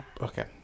okay